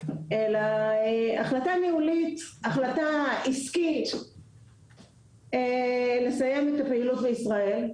אלא החלטה ניהולית ועסקית לסיים את הפעילות בישראל.